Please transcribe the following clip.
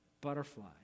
Butterfly